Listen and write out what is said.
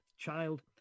child